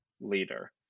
leader